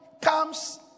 comes